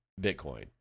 Bitcoin